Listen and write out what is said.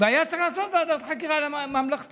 והיה צריך לעשות ועדת חקירה ממלכתית.